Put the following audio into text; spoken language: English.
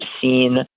seen